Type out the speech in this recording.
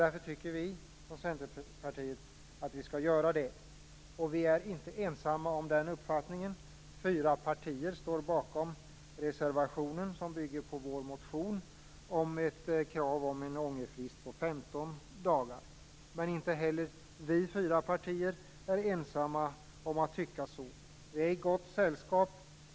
Därför tycker vi från Centerpartiet att vi skall göra det. Vi är inte ensamma om den uppfattningen. Fyra partier står bakom reservationen som bygger på vår motion om ett krav på en ångerfrist på 15 dagar. Inte heller vi fyra partier är ensamma om att tycka så. Vi är i gott sällskap.